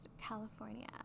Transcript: California